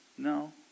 No